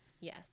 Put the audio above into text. Yes